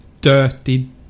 dirty